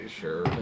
Sure